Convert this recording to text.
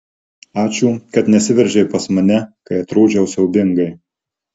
ačiū kad nesiveržei pas mane kai atrodžiau siaubingai